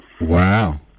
Wow